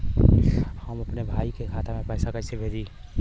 हम अपने भईया के खाता में पैसा कईसे भेजी?